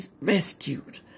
rescued